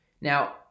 Now